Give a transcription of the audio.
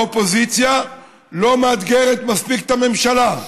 האופוזיציה לא מאתגרת מספיק את הממשלה.